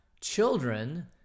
children